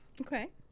okay